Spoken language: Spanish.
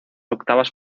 octavas